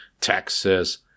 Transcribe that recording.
Texas